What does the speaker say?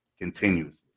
continuously